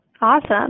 Awesome